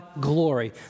glory